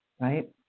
right